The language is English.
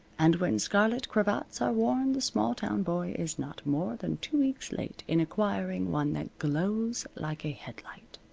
and when scarlet cravats are worn the small-town boy is not more than two weeks late in acquiring one that glows like a headlight.